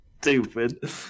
Stupid